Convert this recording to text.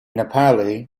nepali